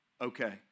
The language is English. okay